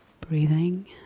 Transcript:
Breathing